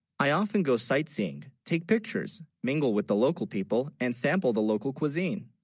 i? often go sightseeing take pictures mingle with, the local people and sample the local cuisine